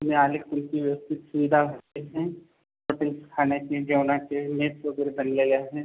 तुम्ही आले की तुमची व्यवस्थित सुविधा होतेचे हॉटेल खान्याचे जेवनाचे मेस वगैरे बनलेले आहेत